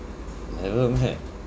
never meh